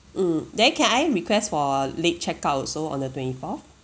mm then can I request for late check out also on the twenty fourth